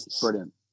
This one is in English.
Brilliant